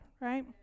right